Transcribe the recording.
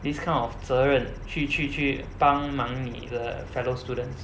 this kind of 责任去去去帮忙你的 fellow students